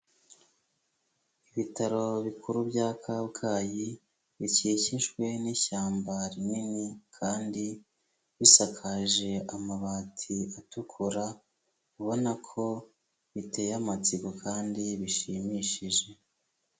Ibitaro bikuru bya Kabgayi, bikikijwe n'ishyamba rinini kandi bisakaje amabati atukura, abona ko biteye amatsiko kandi bishimishije.